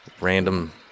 random